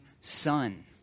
son